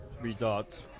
Results